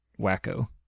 Wacko